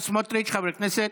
סמוטריץ', חבר הכנסת,